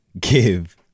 give